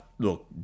look